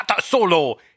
solo